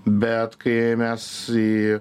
bet kai mes į